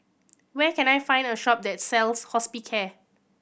where can I find a shop that sells Hospicare